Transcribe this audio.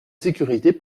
sécurité